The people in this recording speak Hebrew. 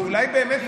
ואולי באמת,